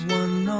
one